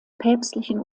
päpstlichen